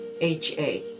H-A